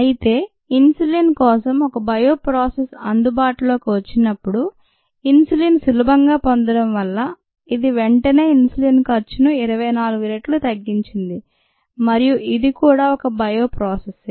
అయితే ఇన్సులిన్ కోసం ఒక బయో ప్రాసెస్ అందుబాటులోకి వచ్చినప్పుడు ఇన్సులిన్ సులభంగా పొందడం వల్ల ఇది వెంటనే ఇన్సులిన్ ఖర్చును 24 రెట్లు తగ్గించింది మరియు ఇది కూడా ఒక బయో ప్రాసెస్ యే